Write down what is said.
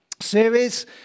series